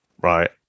right